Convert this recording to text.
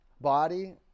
body